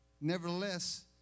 Nevertheless